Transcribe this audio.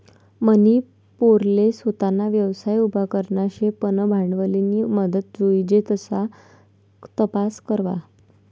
मनी पोरले सोताना व्यवसाय उभा करना शे पन भांडवलनी मदत जोइजे कशा तपास करवा?